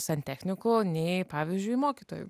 santechniku nei pavyzdžiui mokytoju